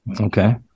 Okay